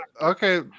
okay